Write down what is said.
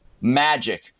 Magic